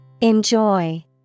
Enjoy